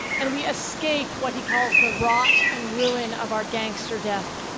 and we escape what he calls the rot and ruin of our gangster death.